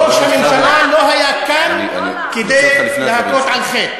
ראש הממשלה לא היה כאן כדי להכות על חטא.